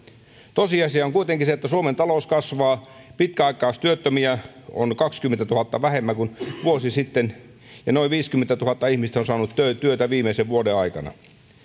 tosiasia on kuitenkin se että suomen talous kasvaa pitkäaikaistyöttömiä on kahdenkymmenentuhannen vähemmän kuin vuosi sitten ja noin viisikymmentätuhatta ihmistä on saanut työtä viimeisen vuoden aikana